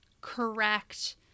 correct